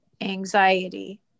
anxiety